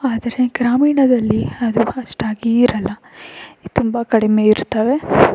ಆದರೆ ಗ್ರಾಮೀಣದಲ್ಲಿ ಅದು ಅಷ್ಟಾಗಿ ಇರೋಲ್ಲ ತುಂಬ ಕಡಿಮೆ ಇರ್ತವೆ